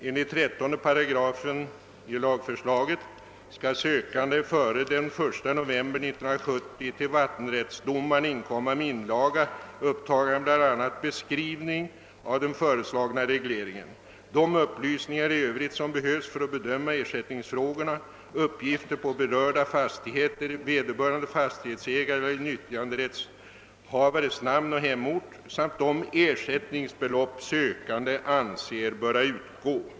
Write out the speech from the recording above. Enligt 13 § i lagförslaget skall sökande före den 1 november 1970 till vattenrättsdomaren inkomma med inlaga upptagande bl.a. beskrivning av den föreslagna reglering, de upplysningar i övrigt som behövs för att bedöma ersättningsfrågorna, uppgifter på berörda fastigheter, vederbörande fastighetsägares eller nyttjanderättshavares namn och hemort samt de ersättningsbelopp sökanden anser böra utgå.